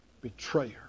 betrayer